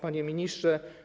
Panie Ministrze!